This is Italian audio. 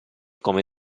come